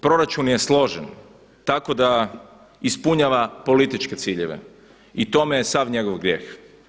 Proračun je složen, tako da ispunjava političke ciljeve i u tome je sav njegov grijeh.